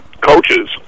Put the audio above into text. coaches